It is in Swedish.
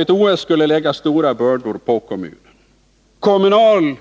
Ett OS skulle lägga stora bördor på kommunen. Kommunal